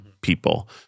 people